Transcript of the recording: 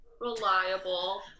reliable